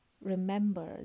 remember